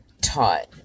taught